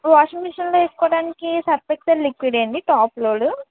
washing మెషిన్లో వేసుకోడానికి Surf Excel liquid అండి టాప్ లోడు